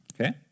okay